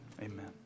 Amen